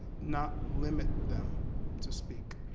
not limit them to speak.